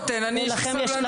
בכוונה, יש לי סבלנות.